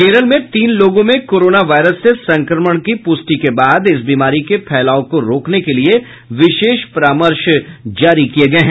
केरल में तीन लोगों में कोरोना वायरस से संक्रमण की पुष्टि के बाद इस बीमारी के फैलाव को रोकने के लिए विशेष परामर्श जारी किये गये हैं